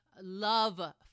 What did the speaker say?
love